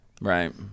Right